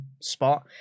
spot